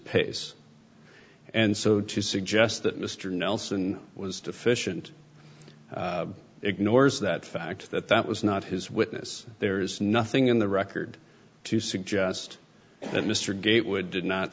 pace and so to suggest that mr nelson was deficient ignores that fact that that was not his witness there is nothing in the record to suggest that mr gatewood did not